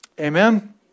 Amen